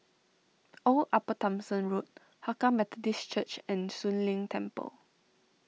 Old Upper Thomson Road Hakka Methodist Church and Soon Leng Temple